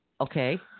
Okay